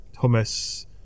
hummus